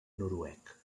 noruec